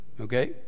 okay